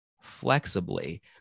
flexibly